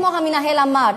כמו שהמנהל אמר.